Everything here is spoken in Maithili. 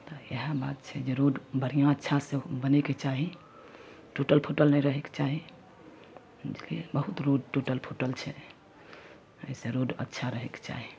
तऽ इएह बात छै जे रोड बढ़िऑं अच्छा से बनैके चाही टूटल फूटल नहि रहैके चाही बुझलियै बहुत रोड टूटल फूटल छै एहि से रोड अच्छा रहैके चाही